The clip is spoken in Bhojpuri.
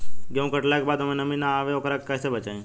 गेंहू कटला के बाद ओमे नमी आवे से ओकरा के कैसे बचाई?